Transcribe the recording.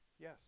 Yes